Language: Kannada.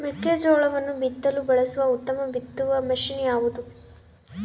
ಮೆಕ್ಕೆಜೋಳವನ್ನು ಬಿತ್ತಲು ಬಳಸುವ ಉತ್ತಮ ಬಿತ್ತುವ ಮಷೇನ್ ಯಾವುದು?